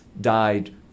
died